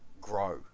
grow